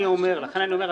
אני אומר,